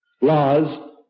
laws